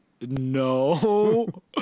No